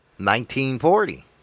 1940